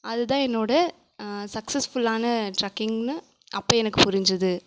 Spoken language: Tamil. அதுதான் என்னோடய சக்ஸஸ்ஃபுல்லான ட்ரெக்கிங்னு அப்போ எனக்கு புரிஞ்சுது